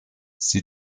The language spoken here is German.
sie